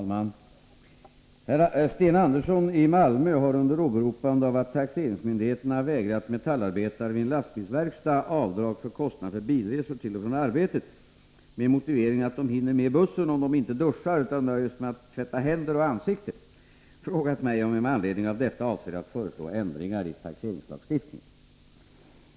Herr talman! Sten Andersson i Malmö har, under åberopande av att taxeringsmyndigheterna vägrat metallarbetare vid en lastbilsverkstad avdrag för kostnader för bilresor till och från arbetet med motiveringen att de hinner med bussen om de inte duschar utan nöjer sig med att tvätta händer och ansikte, frågat mig om jag med anledning av detta avser att föreslå ändringar i taxeringslagstiftningen.